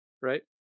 right